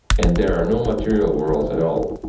and there are no material worlds at all.